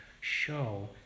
show